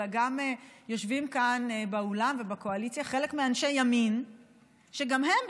אלא יושבים כאן באולם ובקואליציה חלק מאנשי הימין שגם הם,